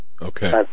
okay